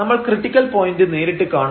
നമ്മൾ critical point നേരിട്ട് കാണും